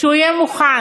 כשהוא יהיה מוכן,